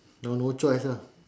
now no choice lah